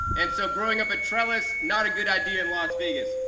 and so growing up a trellis? not a good idea in las vegas.